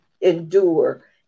endure